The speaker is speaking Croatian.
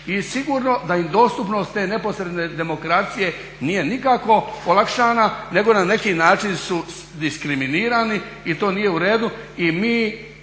I sigurno da im dostupnost te neposredne demokracije nije nikako olakšana nego na neki način su diskriminirani. I uvijek se